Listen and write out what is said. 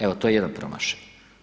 Evo to je jedan promašaj.